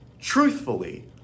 truthfully